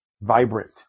vibrant